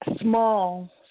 small